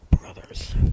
brothers